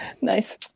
Nice